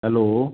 hello